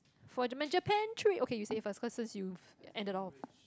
for Japan my Japan trip okay you say first cause since you've ended all